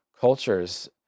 cultures